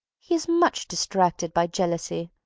he is much distracted by jealousy,